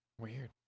Weird